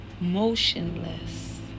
motionless